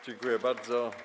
Dziękuję bardzo.